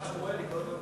משפחת שמואלי כל הזמן